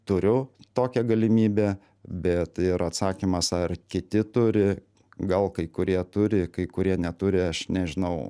turiu tokią galimybę bet yra atsakymas ar kiti turi gal kai kurie turi kai kurie neturi aš nežinau